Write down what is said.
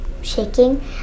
shaking